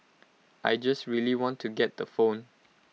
I just really want to get the phone